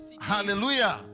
hallelujah